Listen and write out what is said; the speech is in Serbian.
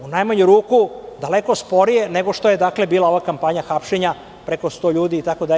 U najmanju ruku daleko sporije nego što je bila ova kampanja hapšenja preko sto ljudi itd.